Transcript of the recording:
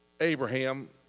Abraham